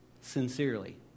Sincerely